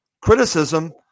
criticism